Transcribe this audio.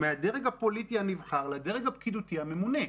מהדרג הפוליטי הנבחר לדרג הפקידותי הממונה.